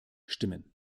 stimmen